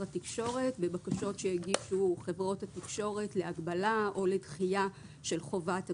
התקשורת בבקשות שהגישו חברות התקשורת להגבלה או לדחייה של חובת הפריסה.